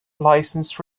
licensed